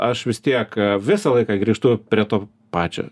aš vis tiek visą laiką grįžtu prie to pačio